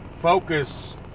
focus